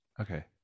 okay